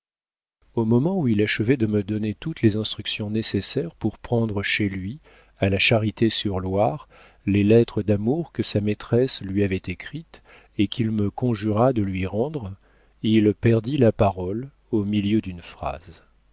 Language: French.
au moment où il achevait de me donner toutes les instructions nécessaires pour prendre chez lui à la charité sur loire les lettres d'amour que sa maîtresse lui avait écrites et qu'il me conjura de lui rendre il perdit la parole au milieu d'une phrase